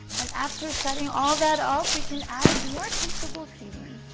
and after setting all that off, we can add more comfortable seating.